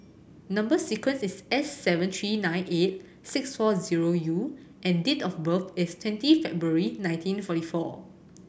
number sequence is S seven three nine eight six four zero U and date of birth is twenty February nineteen forty four